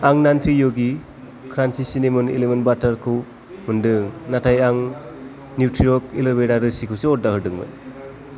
आं नात्ति य'गि क्रान्चि सिनामन एलमन्द बाटारखौ मोनदों नाथाय आं न्युत्रिअर्ग एल'वेरा रोसिखौसो अर्डार होदोंमोन